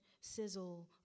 sizzle